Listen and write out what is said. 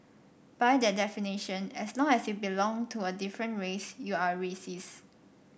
by that definition as long as you belong to a different race you are racist